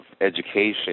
education